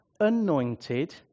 anointed